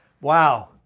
Wow